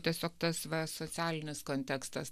tiesiog tas va socialinis kontekstas